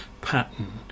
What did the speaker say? pattern